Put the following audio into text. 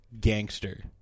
gangster